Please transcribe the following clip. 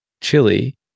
Chili